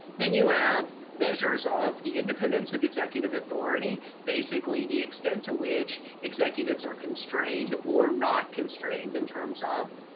then you have measures of the independence of executive authority. basically the extent to which executives are constrained, or not constrained in terms of